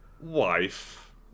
wife